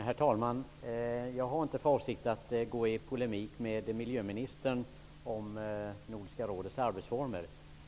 Herr talman! Jag har inte för avsikt att gå i polemik med miljöministern om Nordiska rådets arbetsformer.